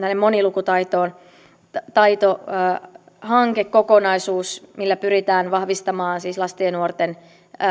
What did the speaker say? monilukutaito hankekokonaisuus millä pyritään vahvistamaan siis lasten ja nuorten